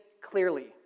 clearly